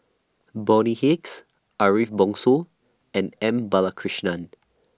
Bonny Hicks Ariff Bongso and M Balakrishnan